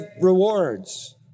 rewards